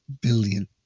billion